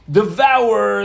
devour